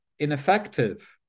Ineffective